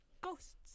Ghosts